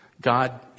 God